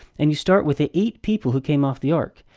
and you start with the eight people, who came off the ark.